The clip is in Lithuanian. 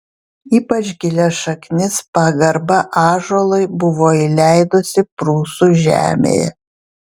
ypač gilias šaknis pagarba ąžuolui buvo įleidusi prūsų žemėje